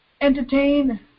entertain